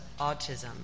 autism